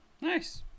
Nice